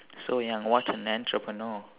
so young what an entrepreneur